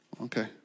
Okay